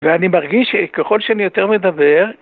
ואני מרגיש שככל שאני יותר מדבר